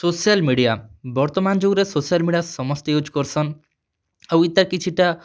social media ବର୍ତ୍ତମାନ୍ ଯୁଗ୍ରେ social media ସମସ୍ତେ ୟୁଜ୍ କର୍ସନ୍ ଆଉ ଇତାର୍ କିଛିଟା